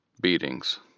beatings